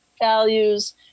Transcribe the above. values